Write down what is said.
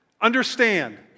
understand